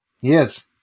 Yes